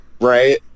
Right